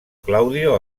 claudio